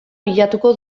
bilatuko